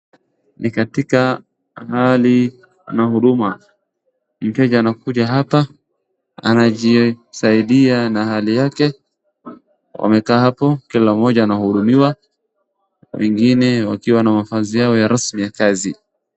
Ni katika hali ya huduma, mteja anakuja hapa, anajisaidia na hali yake wamekaa hapo kila mmoja anahudumiwa, wengine wakiwa na mavazi yao ya rasmi ya kazi.